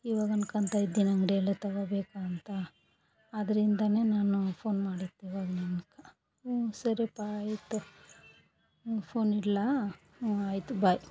ಇವಾಗ ಅನ್ಕೊತಾ ಇದ್ದೇನೆ ಅಂಗಡಿಯಲ್ಲೆ ತಗೋಬೇಕು ಅಂತ ಆದ್ರಿಂದ ನಾನು ಫೋನ್ ಮಾಡಿದ್ದು ಇವಾಗ ನಿನ್ಗೆ ಹ್ಞೂ ಸರಿಯಪ್ಪ ಆಯಿತು ಹ್ಞೂ ಫೋನ್ ಇಡ್ಲಾ ಹ್ಞೂ ಆಯಿತು ಬಾಯ್